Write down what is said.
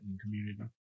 community